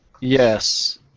Yes